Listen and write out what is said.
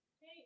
Hey